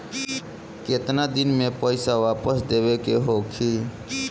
केतना दिन में पैसा वापस देवे के होखी?